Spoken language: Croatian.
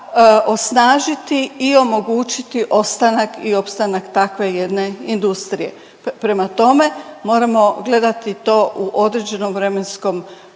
osnažiti i omogućiti ostanak i opstanak takve jedne industrije. Prema tome, moramo gledati to u određenom vremenskom